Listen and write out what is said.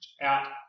out